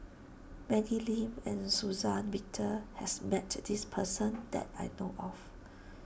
Maggie Lim and Suzann Victor has met this person that I know of